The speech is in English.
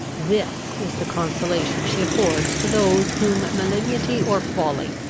this is the consolation she affords to those whom malignity or folly,